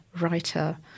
writer